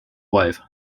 wife